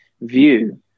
view